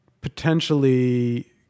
potentially